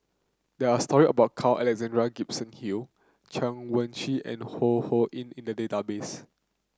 there are story about Carl Alexander Gibson Hill Chen Wen Hsi and Ho Ho Ying in the database